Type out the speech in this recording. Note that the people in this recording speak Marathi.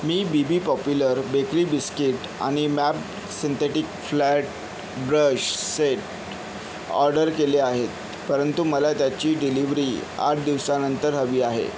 मी B B popular bakery biscuit आणि mapped synthetic flat brush set order केले आहेत परंतु मला त्याची डिलिव्हरी आठ दिवसानंतर हवी आहे